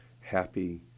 happy